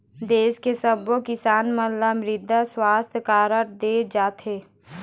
देस के सब्बो किसान मन ल मृदा सुवास्थ कारड दे जाथे